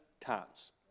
times